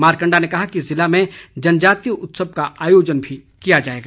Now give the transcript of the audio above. मारकंडा ने कहा कि जिले में जनजातीय उत्सव का आयोजन भी किया जाएगा